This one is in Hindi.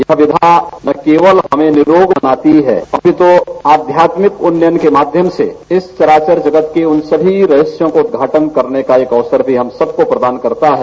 यह विद्या न कंवल हमे निरोग बनाती है अपित् आध्यात्मिक उन्नयन कं माध्यम से इस चरावर जगत के उन सभी रहस्यों को उद्घाटन करने का एक अवसर भी हमको प्रदान करता है